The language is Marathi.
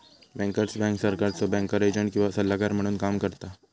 बँकर्स बँक सरकारचो बँकर एजंट किंवा सल्लागार म्हणून काम करता